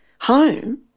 home